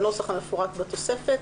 בנוסח המפורט בתוספת,